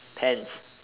pens